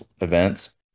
events